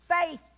faith